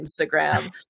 Instagram